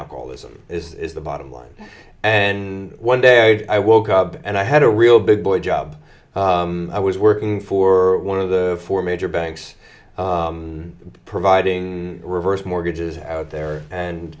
alcoholism is the bottom line and one day i woke up and i had a real big boy job i was working for one of the four major banks providing reverse mortgages out there and